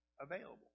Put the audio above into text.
available